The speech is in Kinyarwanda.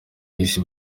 isi